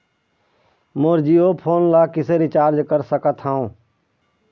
मोर Jio phone ला किसे recharge करा सकत हवं?